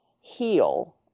heal